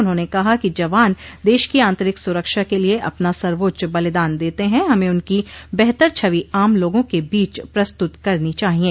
उन्होंने कहा कि जवान देश की आंतरिक सुरक्षा के लिये अपना सर्वोच्च बलिदान देते हैं हमें उनकी बेहतर छवि आम लोगों के बीच प्रस्तुत करनी चाहिये